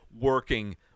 working